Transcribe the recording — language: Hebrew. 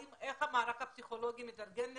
האם המערך הפסיכולוגי מתארגן לזה?